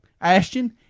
Ashton